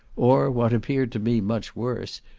or, what appeared to me much worse,